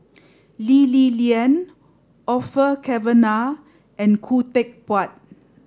Lee Li Lian Orfeur Cavenagh and Khoo Teck Puat